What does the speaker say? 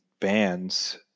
bands